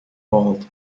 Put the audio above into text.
bald